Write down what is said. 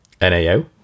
NAO